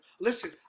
Listen